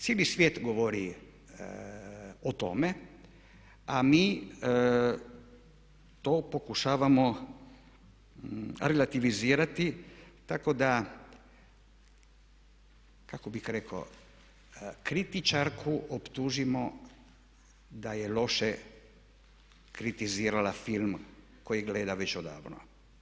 Cijeli svijet govori o tome a mi to pokušavamo relativizirati tako da kako bih rekao kritičarku optužimo da je loše kritizirala film koji gleda već odavno.